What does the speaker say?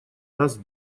нас